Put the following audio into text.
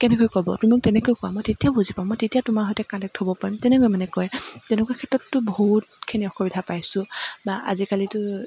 কেনেকৈ ক'ব তুমি মোক তেনেকৈ কোৱা মই তেতিয়া বুজি পাম মই তেতিয়া তোমাৰ সৈতে কানেক্ট হ'ব পাৰিম তেনেকৈ মানে কয় তেনেকুৱা ক্ষেত্ৰতটো বহুতখিনি অসুবিধা পাইছোঁ বা আজিকালিতো